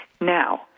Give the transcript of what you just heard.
Now